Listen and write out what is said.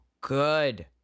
good